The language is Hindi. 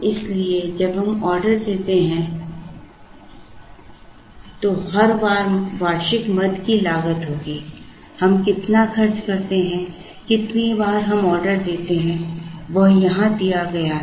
इसलिए जब हम ऑर्डर देते हैं तो हर बार वार्षिक मद की लागत होगी हम इतना खर्च करते हैं जितनी बार हम ऑर्डर देते हैं वह यहां दिया गया है